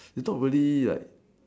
is not really like